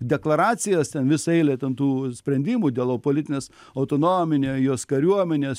deklaracijas ten visą eilę ten tų sprendimų dėl politinės autonominio jos kariuomenės